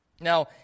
Now